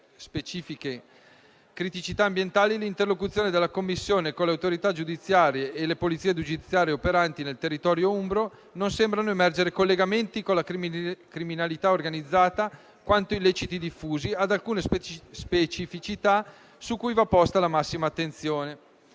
specifiche criticità ambientali, dall'interlocuzione della Commissione con le autorità giudiziarie e le polizie giudiziarie operanti nel territorio umbro non sembrano emergere collegamenti con la criminalità organizzata, quanto illeciti diffusi ed alcune specificità su cui va posta la massima attenzione.